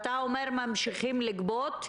אתה אומר שממשיכים לגבות?